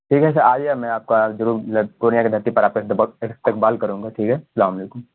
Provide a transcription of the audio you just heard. ٹھیک ہے سر آئیے میں آپ کا ضرور پورنیہ کی دھرتی پر آپ کا ڈبل استقبال کروں گا ٹھیک ہے سلام علیکم